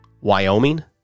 Wyoming